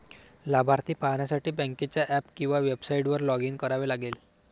लाभार्थी पाहण्यासाठी बँकेच्या ऍप किंवा वेबसाइटवर लॉग इन करावे लागेल